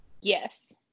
Yes